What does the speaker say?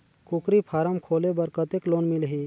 कूकरी फारम खोले बर कतेक लोन मिलही?